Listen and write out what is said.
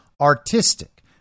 artistic